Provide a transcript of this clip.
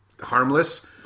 harmless